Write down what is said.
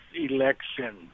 election